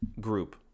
group